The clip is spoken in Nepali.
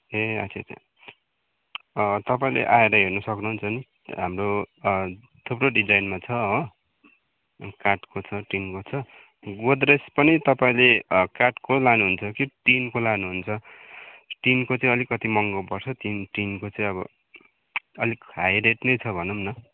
ए अच्छा छा तपाईँले आएर हर्नु सक्नु हुन्छ नि हाम्रो थुप्रो डिजाइनमा छ हो काठको छ टिनको छ गोदरेज पनि तपाईँले काठको लानु हुन्छ कि टिनको लानु हुन्छ टिनको चाहि अलिकति महँगो पर्छ टिन टिनको चाहिँ अब अलिक हाई रेट नै छ भनौँ न